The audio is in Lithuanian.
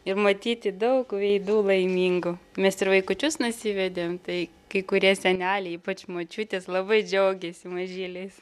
ir matyti daug veidų laimingų mes ir vaikučius nusivedėm tai kai kurie seneliai ypač močiutės labai džiaugėsi mažyliais